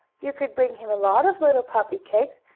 you could bring him a lot of little puppy cakes,